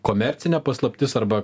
komercinė paslaptis arba